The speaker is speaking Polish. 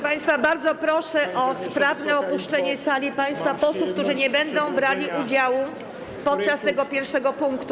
państwa, bardzo proszę o sprawne opuszczenie sali przez państwa posłów, którzy nie będą brali udziału podczas tego pierwszego punktu.